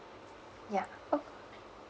ya oh